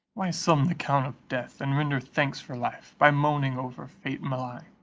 why sum the count of death, and render thanks for life by moaning over fate malign?